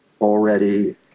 already